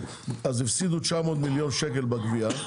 אז הפסידו 900 מיליון שקל בגבייה,